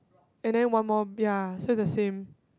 and then one more ya so it's the same